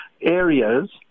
areas